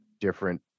different